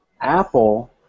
Apple